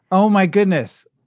oh, my goodness.